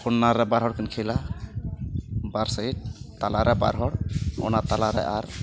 corner ᱨᱮ ᱵᱟᱨ ᱦᱚᱲ ᱠᱤᱱ ᱠᱷᱮᱞᱟ ᱵᱟᱨ ᱥᱟᱭᱤᱰ ᱛᱟᱞᱟ ᱨᱮ ᱵᱟᱨ ᱦᱚᱲ ᱚᱱᱟ ᱛᱟᱞᱟᱨᱮ ᱟᱨ